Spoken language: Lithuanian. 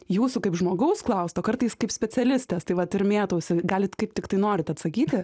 jūsų kaip žmogaus klaust o kartais kaip specialistės tai vat ir mėtausi galit kaip tiktai norit atsakyti